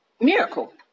Miracle